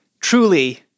Truly